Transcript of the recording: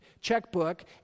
checkbook